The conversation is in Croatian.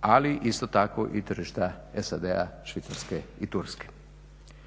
ali isto tako i tržišta SAD-a, Švicarske i Turske.